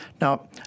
Now